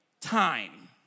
time